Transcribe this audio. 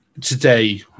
today